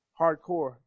hardcore